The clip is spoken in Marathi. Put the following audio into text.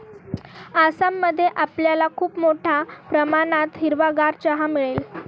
आसाम मध्ये आपल्याला खूप मोठ्या प्रमाणात हिरवागार चहा मिळेल